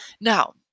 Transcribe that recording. Now